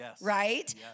right